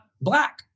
black